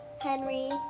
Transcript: Henry